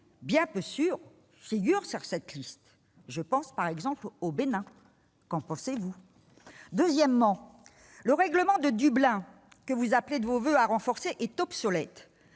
bien peu sûrs figurent sur cette liste : je songe par exemple au Bénin. Qu'en pensez-vous ? Deuxièmement, le règlement de Dublin, dont vous appelez de vos voeux le renforcement, est obsolète.